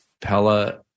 Pella